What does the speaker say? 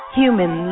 human